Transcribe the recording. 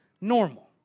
normal